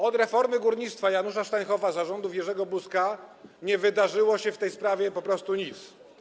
Od reformy górnictwa Janusza Steinhoffa za rządów Jerzego Buzka nie wydarzyło się w tej sprawie po prostu nic.